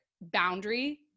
boundary